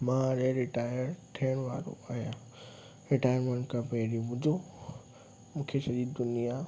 मां अॼु रिटायर थियणु वारो आहियां रिटायरमेंट खां पहिरीं मुंहिंजो मूंखे सॼी दुनिया